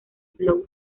flow